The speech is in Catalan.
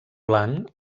blanc